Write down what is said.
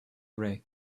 array